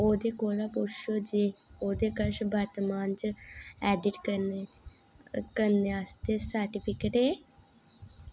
ओह्दे कोला पुच्छो जे ओह्दे कश वर्तमान च ऐडिट करने करने आस्तै सर्टिफिकेट ऐ